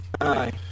Aye